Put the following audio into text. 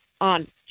on